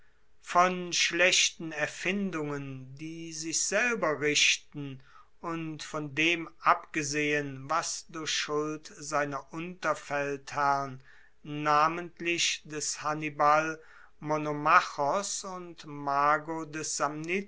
von schlechten erfindungen die sich selber richten und von dem abgesehen was durch schuld seiner unterfeldherren namentlich des hannibal monomachos und mago